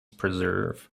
preserve